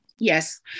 Yes